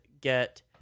get